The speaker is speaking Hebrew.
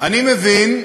אני מבין,